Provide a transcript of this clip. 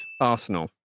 Arsenal